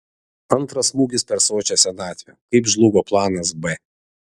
antras smūgis per sočią senatvę kaip žlugo planas b